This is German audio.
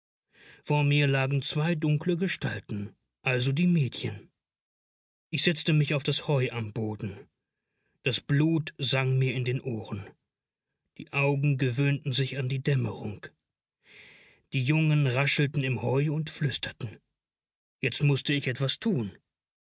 vor mir lagen zwei dunkle gestalten also die mädchen ich setzte mich auf das heu am boden das blut sang mir in den ohren die augen gewöhnten sich an die dämmerung die jungen raschelten im heu und flüsterten jetzt mußte ich etwas tun